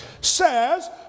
says